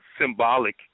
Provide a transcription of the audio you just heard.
symbolic